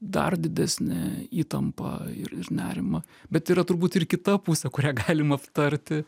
dar didesnę įtampą ir ir nerimą bet yra turbūt ir kita pusė kurią galim aptarti